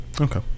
Okay